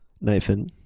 Nathan